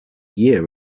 year